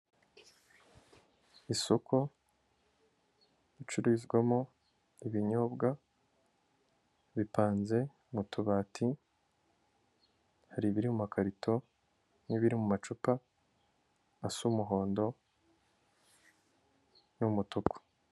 Isoko ricururizwamo ibinyobwa bipanze mu tubati, hari ibiri mu makarito n'ibiri mu macupa asa umuhondo n'umutuku.